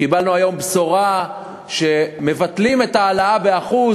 קיבלנו היום בשורה שמבטלים את ההעלאה ב-1%